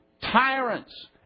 tyrants